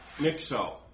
Mixo